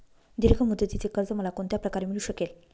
दीर्घ मुदतीचे कर्ज मला कोणत्या प्रकारे मिळू शकेल?